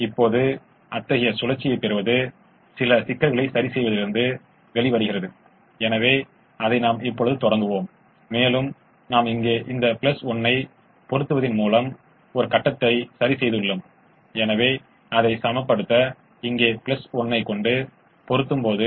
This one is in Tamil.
இப்போது 11 சாத்தியமானது ஏனெனில் 3 3 என்பது 6 ஆகும் 21 4 3 என்பது 7 இது 24 11 ≥ 0 இவை இரண்டும் ஆகவே 11 சாத்தியமானது